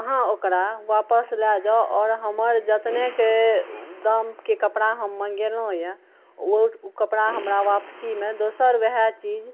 अहाँ ओकरा वापस लए जाउ आओर हमर जतनेके दामके कपड़ा हम मङ्गेलहुँ यए ओ कपड़ा हमरा वापसीमे दोसर वएह चीज